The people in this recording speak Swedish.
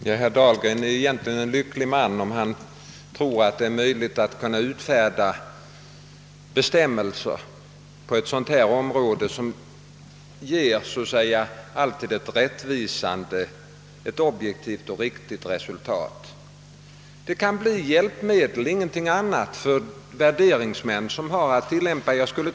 Herr talman! Herr Dahlgren är egentligen en lycklig man, om han tror att det är möjligt att på ett sådant här område utfärda bestämmelser, som alltid ger ett objektivt och riktigt resultat. Sådana bestämmelser kan vara ett hjälpmedel — ingenting annat — för de värderingsmän som har att tillämpa dem.